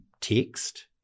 text